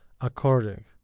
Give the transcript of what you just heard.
according